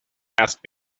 asked